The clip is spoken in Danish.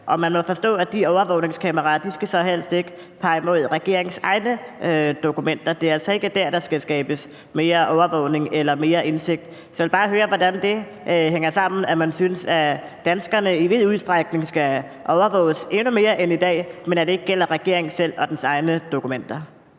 Og man må forstå, at de overvågningskameraer så helst ikke skal pege imod regeringens egne dokumenter. Det er altså ikke der, der skal skabes mere overvågning eller mere indsigt. Så jeg vil bare høre, hvordan det hænger sammen, altså at man synes, at danskerne i vid udstrækning skal overvåges endnu mere end i dag, men at det ikke gælder regeringen selv og dens egne dokumenter.